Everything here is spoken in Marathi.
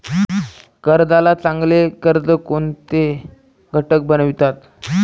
कर्जाला चांगले कर्ज कोणते घटक बनवितात?